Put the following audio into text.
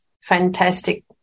Fantastic